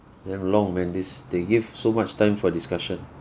you have long man this they give so much time for discussion